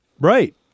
Right